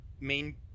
main